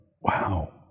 Wow